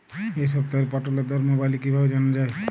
এই সপ্তাহের পটলের দর মোবাইলে কিভাবে জানা যায়?